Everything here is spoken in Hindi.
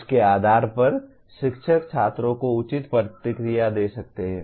उसके आधार पर शिक्षक छात्रों को उचित प्रतिक्रिया दे सकते है